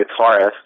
guitarist